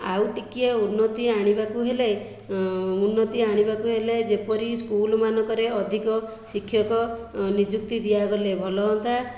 ଆଉ ଟିକିଏ ଉନ୍ନତି ଆଣିବାକୁ ହେଲେ ଉନ୍ନତି ଆଣିବାକୁ ହେଲେ ଯେପରି ସ୍କୁଲ ମାନଙ୍କରେ ଅଧିକ ଶିକ୍ଷକ ନିଯୁକ୍ତି ଦିଆଗଲେ ଭଲ ହୁଅନ୍ତା